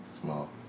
Small